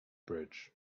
bridge